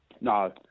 No